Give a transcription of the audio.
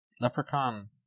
Leprechaun